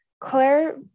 Claire